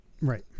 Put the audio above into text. Right